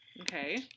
Okay